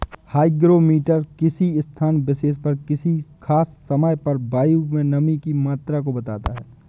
hygrometer किसी स्थान विशेष पर किसी खास समय पर वायु में नमी की मात्रा को बताता है